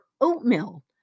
oatmeal